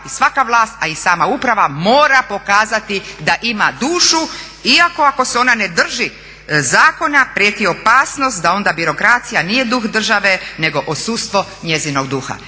i svaka vlast a i sama uprava mora pokazati da ima dušu iako ako se ona ne drži zakona prijeti opasnost da onda birokracija nije duh države nego odsustvo njezinog duha.